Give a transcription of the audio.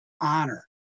honor